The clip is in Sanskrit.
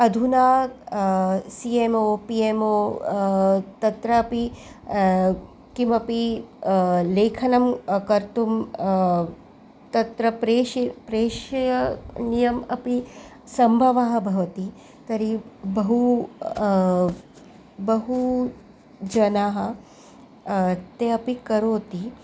अधुना C M O P M O तत्रापि किमपि लेखनं कर्तुं तत्र प्रेषितं प्रेषणीयम् अपि सम्भवः भवति तर्हि बहु बहु जनाः ते अपि करोति